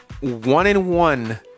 one-in-one